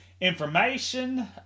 information